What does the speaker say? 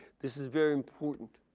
this is very important.